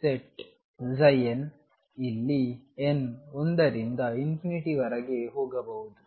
set n ಇಲ್ಲಿ n 1 ರಿಂದ ರವರೆಗೆ ಹೋಗಬಹುದು